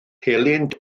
helynt